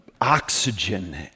oxygen